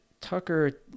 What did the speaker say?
Tucker